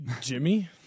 Jimmy